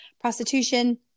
prostitution